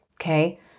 Okay